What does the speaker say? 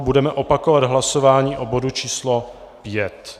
Budeme opakovat hlasování o bodu číslo 5.